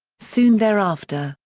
soon thereafter,